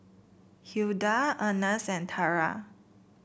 Hilda Ernest and Tara